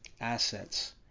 assets